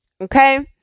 okay